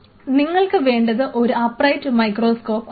ഇതിനു നിങ്ങൾക്ക് വേണ്ടത് ഒരു അപ്രൈറ്റ് മൈക്രോസ്കോപ്പ് ആണ്